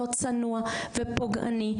לא צנוע ופוגעני,